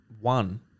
one